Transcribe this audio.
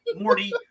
Morty